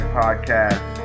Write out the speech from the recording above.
podcast